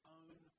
own